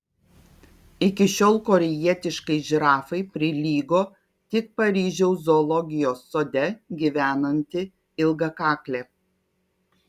iki šiol korėjietiškai žirafai prilygo tik paryžiaus zoologijos sode gyvenanti ilgakaklė